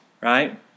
Right